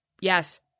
yes